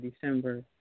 December